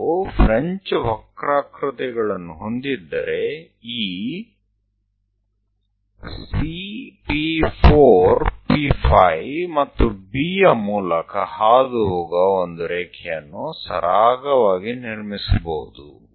ನಾವು ಫ್ರೆಂಚ್ ವಕ್ರಾಕೃತಿಗಳನ್ನು ಹೊಂದಿದ್ದರೆ ಈ C P 4 P 5 ಮತ್ತು B ಯ ಮೂಲಕ ಹಾದುಹೋಗುವ ಒಂದು ರೇಖೆಯನ್ನು ಸರಾಗವಾಗಿ ನಿರ್ಮಿಸಬಹುದು